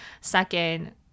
Second